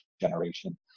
generation